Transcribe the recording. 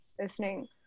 listening